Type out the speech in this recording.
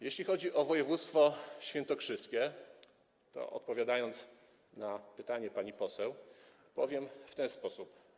Jeśli chodzi o województwo świętokrzyskie, to odpowiadając na pytanie pani poseł, powiem w ten sposób.